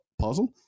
puzzle